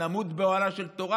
נמות באוהלה של תורה,